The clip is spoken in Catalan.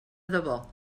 debò